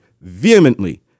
vehemently